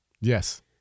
Yes